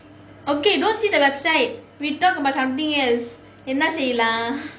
okay don't see the website we talk about something else என்னா செய்யலாம்:ennaa seiyalaam